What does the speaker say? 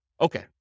Okay